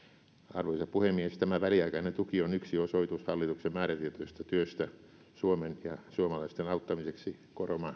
arvoisa puhemies tämä väliaikainen tuki on yksi osoitus hallituksen määrätietoisesta työstä suomen ja suomalaisten auttamiseksi